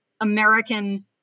American